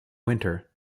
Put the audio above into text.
winter